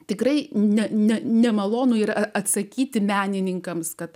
tikrai ne ne nemalonu ir atsakyti menininkams kad